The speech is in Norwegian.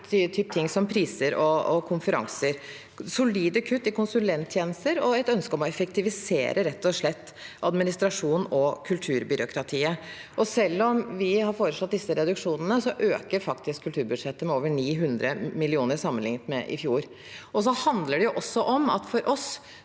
til ting som priser og konferanser, solide kutt i konsulenttjenester og rett og slett et ønske om å effektivisere administrasjons- og kulturbyråkratiet. Selv om vi har foreslått disse reduksjonene, øker faktisk kulturbudsjettet med over 900 mill. kr sammenlignet med i fjor. For oss handler det også om at vi vil